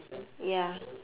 ya